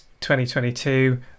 2022